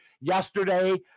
yesterday